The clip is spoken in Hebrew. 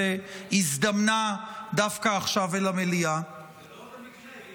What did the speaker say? הזדמנה דווקא עכשיו אל המליאה --- זה לא במקרה.